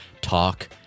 Talk